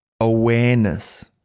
awareness